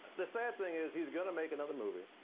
the sad thing is he's gonna make another movie,